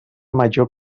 major